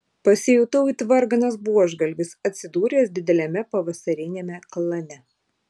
pasijutau it varganas buožgalvis atsidūręs dideliame pavasariniame klane